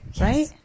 Right